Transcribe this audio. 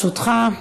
לרשותך.